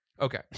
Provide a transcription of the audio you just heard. okay